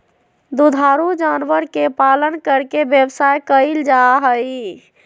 दुधारू जानवर के पालन करके व्यवसाय कइल जाहई